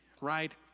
right